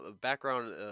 background